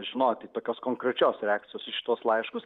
žinoti tokios konkrečios reakcijos į šituos laiškus